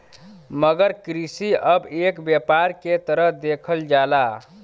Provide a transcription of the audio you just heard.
मगर कृषि अब एक व्यापार के तरह देखल जाला